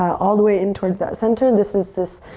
all the way in towards that center. this is this